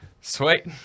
sweet